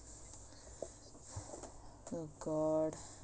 oh god